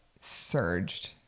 surged